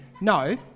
No